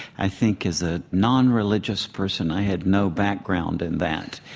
i think as a nonreligious person i had no background in that.